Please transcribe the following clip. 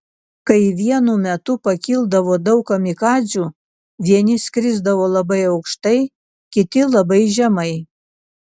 kai vienu metu pakildavo daug kamikadzių vieni skrisdavo labai aukštai kiti labai žemai